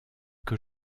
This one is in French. que